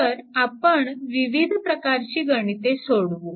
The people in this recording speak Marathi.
तर आपण विविध प्रकारची गणिते सोडवू